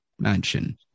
mansion